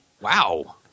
Wow